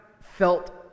felt